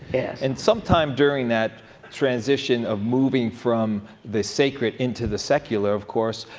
and sometime during that transition of moving from the sacred into the secular, of course,